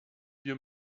wir